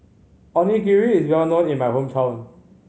onigiri is well known in my hometown